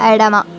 ఎడమ